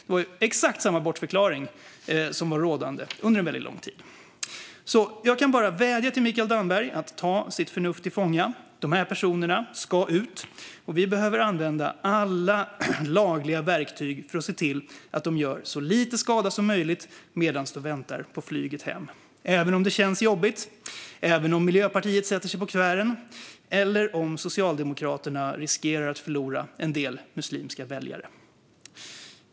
Det är exakt samma bortförklaring som var rådande under lång tid. Jag kan bara vädja till Mikael Damberg att ta sitt förnuft till fånga. Dessa personer ska ut, och vi behöver använda alla lagliga verktyg för att se till att de gör så lite skada som möjligt medan de väntar på flyget hem, även om detta känns jobbigt, även om Miljöpartiet sätter sig på tvären och även om Socialdemokraterna riskerar att förlora en del muslimska väljare.